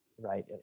right